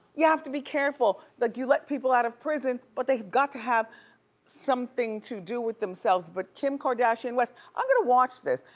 you have to be careful. like you let people out of prison but they have got to have something to do with themselves. but kim kardashian west, i'm gonna watch this.